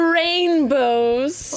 rainbows